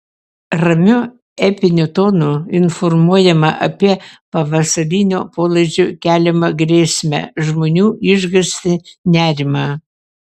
ramiu epiniu tonu informuojama apie pavasarinio polaidžio keliamą grėsmę žmonių išgąstį nerimą